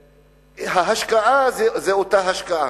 ההשקעה היא אותה השקעה.